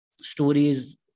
stories